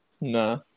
No